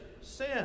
sin